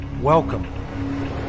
Welcome